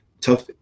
tough